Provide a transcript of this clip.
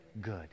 Good